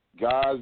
Guys